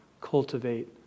cultivate